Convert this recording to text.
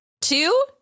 Two